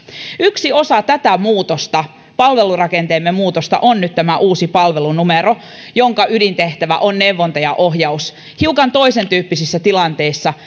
yksi osa tätä palvelurakenteemme muutosta on nyt uusi palvelunumero jonka ydintehtävä on neuvonta ja ohjaus hiukan toisentyyppisissä tilanteissa